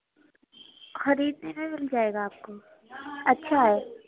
خریدنے میں مل جائے گا آپ کو اچھا ہے